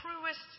truest